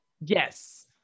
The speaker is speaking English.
yes